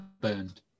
burned